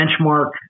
benchmark